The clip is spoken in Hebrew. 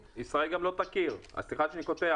גם לנו --- ישראל גם לא תכיר, סליחה שאני קוטע.